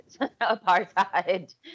apartheid